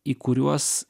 į kuriuos